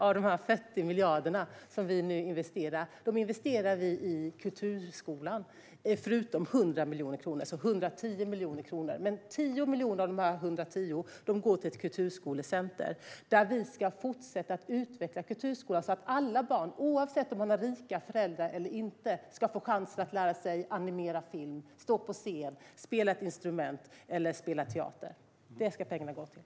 Av dessa 40 miljarder investerar vi nu 10 miljoner i kulturskolan. Det är utöver 100 miljoner kronor, alltså totalt 110 miljoner kronor. 10 miljoner av dessa 110 miljoner går till ett kulturskolecentrum där vi ska fortsätta utveckla kulturskolan så att alla barn, oavsett om de har rika föräldrar eller inte, ska få chansen att lära sig animera film, stå på scen, spela ett instrument eller spela teater. Det ska pengarna gå till.